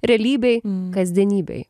realybėj kasdienybėj